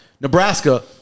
Nebraska